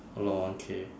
a lot of one K